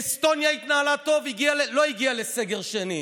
אסטוניה התנהלה טוב, לא הגיעה לסגר שני,